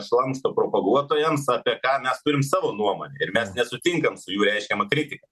šlamšto propaguotojams apie ką mes turim savo nuomonę ir mes nesutinkam su jų reiškiama kritika